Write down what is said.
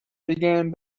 began